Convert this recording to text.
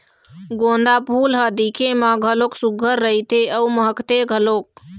गोंदा फूल ह दिखे म घलोक सुग्घर रहिथे अउ महकथे घलोक